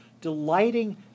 delighting